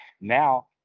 now